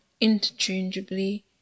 interchangeably